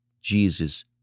Jesus